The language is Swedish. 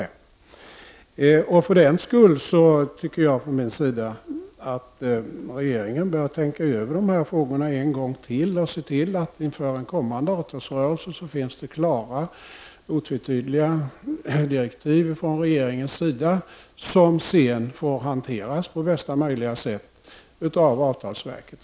Därför anser jag att regeringen bör tänka över dessa frågor ytterligare en gång och se till att det inför en kommande avtalsrörelse finns klara och otvetydiga direktiv från regeringen som sedan får hanteras på-bästa möjliga sätt av avtalsverket.